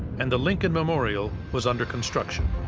and the lincoln memorial was under construction.